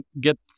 get